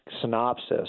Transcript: synopsis